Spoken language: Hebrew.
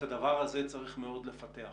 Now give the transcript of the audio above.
את הדבר הזה צריך מאוד לפתח.